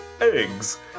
eggs